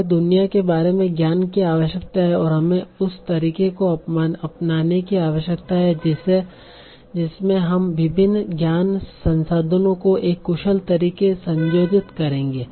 हमें दुनिया के बारे में ज्ञान की आवश्यकता है और हमें उस तरीके को अपनाने की आवश्यकता है जिसमें हम विभिन्न ज्ञान संसाधनों को एक कुशल तरीके से संयोजित करेंगे